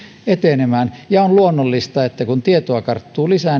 etenemään ja on luonnollista että kun tietoa karttuu lisää